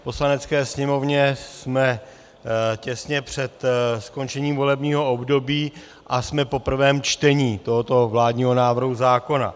V Poslanecké sněmovně jsme těsně před skončením volebního období a jsme po prvém čtení tohoto vládního návrhu zákona.